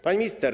Pani Minister!